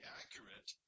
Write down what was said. accurate